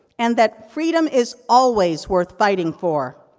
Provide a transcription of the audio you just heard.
and, that freedom is always worth fighting for.